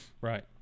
right